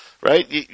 Right